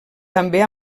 també